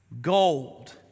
gold